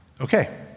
Okay